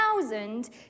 thousand